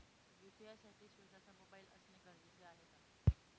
UPI साठी स्वत:चा mobile असणे गरजेचे आहे का?